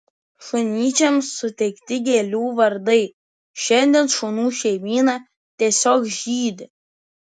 šunyčiams suteikti gėlių vardai šiandien šunų šeimyna tiesiog žydi